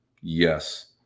Yes